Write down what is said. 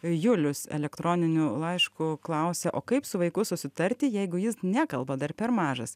julius elektroniniu laišku klausia o kaip su vaiku susitarti jeigu jis nekalba dar per mažas